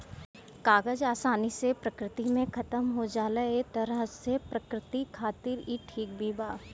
कागज आसानी से प्रकृति में खतम हो जाला ए तरह से प्रकृति खातिर ई ठीक भी बा